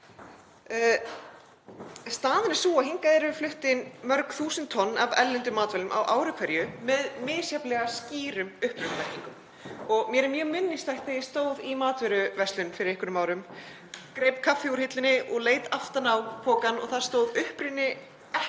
Staðan er sú að hingað eru flutt inn mörg þúsund tonn af erlendum matvælum á ári hverju með misjafnlega skýrum upprunamerkingum og mér er mjög minnisstætt þegar ég stóð í matvöruverslun fyrir einhverjum árum, greip kaffi úr hillunni og leit aftan á pokann og þar stóð: Uppruni ekki